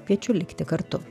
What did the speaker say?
kviečiu likti kartu